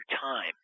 time